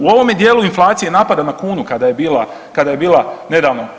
U ovome dijelu inflacije napada na kunu kada je bila nedavno.